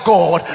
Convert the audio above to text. God